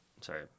sorry